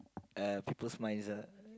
uh people's minds ah